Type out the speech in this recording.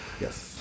Yes